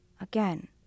again